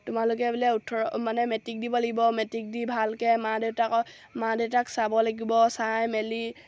তোমালোকে বোলে ওঠৰ মানে মেট্ৰিক দিব লাগিব মেট্ৰিক দি ভালকৈ মা দেউতাক মা দেউতাক চাব লাগিব চাই মেলি